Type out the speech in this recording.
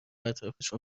اطرافشون